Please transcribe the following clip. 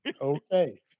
okay